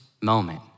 moment